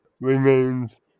remains